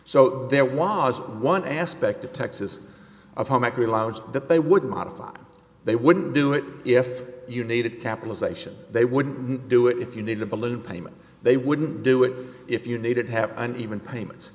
so there was one aspect of texas atomic realised that they would modify they wouldn't do it if you needed capitalization they wouldn't do it if you need a balloon payment they wouldn't do it if you needed have an even payments